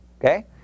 Okay